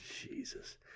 Jesus